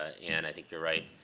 and, i think you're right,